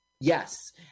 Yes